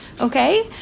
okay